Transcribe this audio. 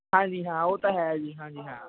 ਹਾਂਜੀ ਹਾਂ ਉਹ ਤਾਂ ਹੈ ਜੀ ਹਾਂਜੀ ਹਾਂ